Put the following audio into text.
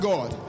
God